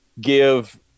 give